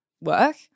work